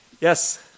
Yes